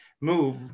move